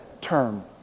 term